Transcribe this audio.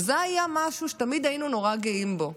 וזה היה משהו שתמיד היינו נורא גאים בו.